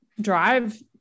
drive